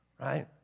right